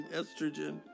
estrogen